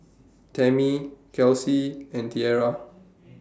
Tammi Kelsi and Tierra